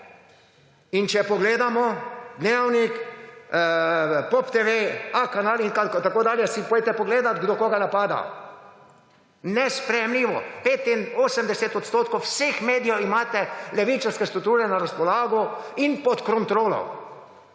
In če pogledamo Dnevnik, POP TV, A kanal in tako dalje, si pojdite pogledati, kdo koga napada. Nesprejemljivo, 85 odstotkov vseh medijev imate levičarske strukture na razpolago in pod kontrolo.